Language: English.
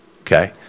okay